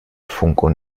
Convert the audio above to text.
funkuhr